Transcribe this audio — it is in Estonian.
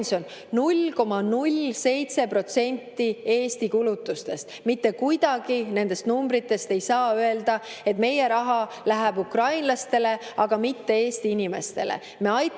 0,07% Eesti kulutustest. Mitte kuidagi nendest numbritest ei saa öelda, et meie raha läheb ukrainlastele, aga mitte Eesti inimestele.